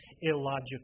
illogical